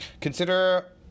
Consider